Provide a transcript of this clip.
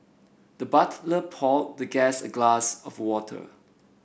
the butler poured the guest a glass of water